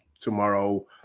tomorrow